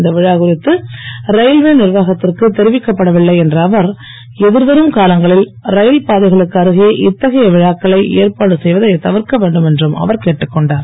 இந்த விழா குறித்து ரயில்வே நிர்வாகத்திற்கு தெரிவிக்கப்படவில்லை என்ற அவர் எதிர் வரும் காலங்களில் ரயில் பாதைகளுக்கு அருகே இத்தகைய விழாக்களை ஏற்பாடு செய்வதை தவிர்க்க வேண்டும் என்றும் அவர் கேட்டுக் கொண்டார்